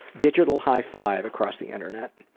digital high-five across the internet.